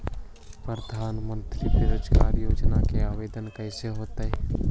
प्रधानमंत्री बेरोजगार योजना के आवेदन कैसे होतै?